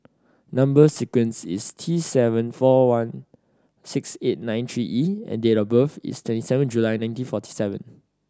number sequence is T seven four one six eight nine three E and date of birth is twenty seven July nineteen forty seven